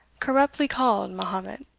corruptly called mahomet,